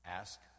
ask